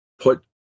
put